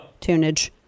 Tunage